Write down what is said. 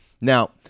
Now